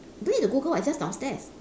don't need to google [what] it's just downstairs